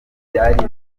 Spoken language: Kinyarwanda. byari